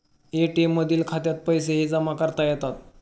ATM मधील खात्यात पैसेही जमा करता येतात